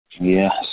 Yes